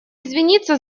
извиниться